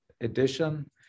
edition